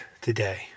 today